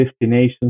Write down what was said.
destinations